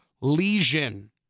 lesion